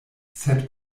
sed